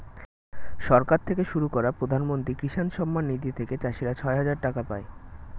সরকার থেকে শুরু করা প্রধানমন্ত্রী কিষান সম্মান নিধি থেকে চাষীরা ছয় হাজার টাকা পায়